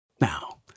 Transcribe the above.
Now